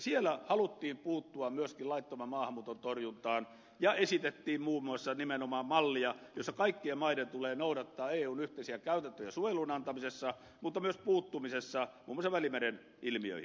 siellä haluttiin puuttua myöskin laittoman maahanmuuton torjuntaan ja esitettiin muun muassa nimenomaan mallia jossa kaikkien maiden tulee noudattaa eun yhteisiä käytäntöjä suojelun antamisessa mutta myös puuttumisessa muun muassa välimeren ilmiöihin